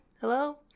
hello